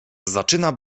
zaczyna